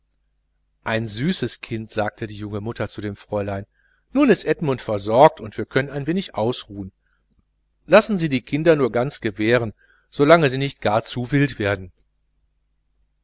ein süßes kind sagte die junge mutter zu dem fräulein nun ist edmund versorgt und wir können ein wenig ausruhen lassen sie die kinder nur ganz gewähren solange sie nicht gar zu wild werden